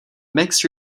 mixed